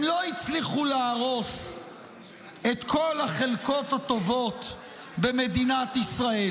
הם לא הצליחו להרוס את כל החלקות הטובות במדינת ישראל.